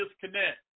disconnect